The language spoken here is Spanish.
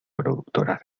productoras